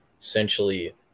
essentially